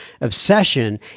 obsession